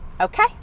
Okay